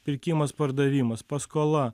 pirkimas pardavimas paskola